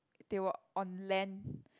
they were on land